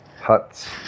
huts